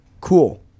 cool